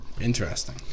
Interesting